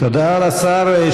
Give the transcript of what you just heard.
שבין לבנון לבין ישראל.